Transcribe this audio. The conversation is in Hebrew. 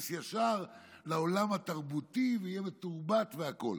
ישר לעולם התרבותי ויהיה מתורבת והכול.